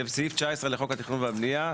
זה בסעיף 19 לחוק התכנון והבנייה,